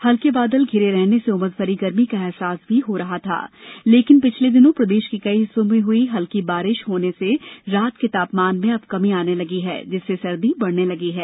हल्के बादल घिरे रहने से उमस भरी गर्मी का अहसास भी हो रहा था लेकिन पिछले दिनों प्रदेश के कई हिस्सो में हुई हल्की बारिश से रात के तापमान में अब कमी आने लगी है जिससे सर्दी बढ़ने लगी है